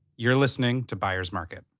you're listening to byers market.